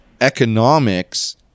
economics